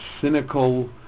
cynical